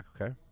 Okay